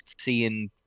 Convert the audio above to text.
seeing